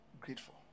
grateful